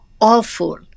awful